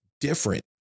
different